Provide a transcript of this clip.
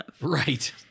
Right